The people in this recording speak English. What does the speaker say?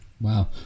Wow